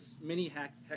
mini-hack